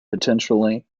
potentially